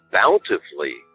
bountifully